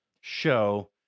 show